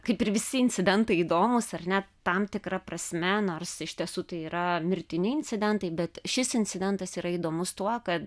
kaip ir visi incidentai įdomūs ar ne tam tikra prasme nors iš tiesų tai yra mirtini incidentai bet šis incidentas yra įdomus tuo kad